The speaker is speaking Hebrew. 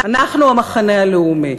אנחנו המחנה הלאומי.